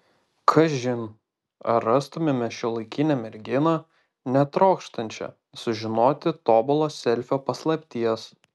kažin ar rastumėme šiuolaikinę merginą netrokštančią sužinoti tobulo selfio paslapties